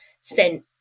sent